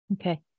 Okay